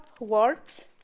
words